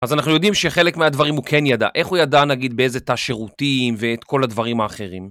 אז אנחנו יודעים שחלק מהדברים הוא כן ידע. איך הוא ידע, נגיד, באיזה תא שירותים ואת כל הדברים האחרים?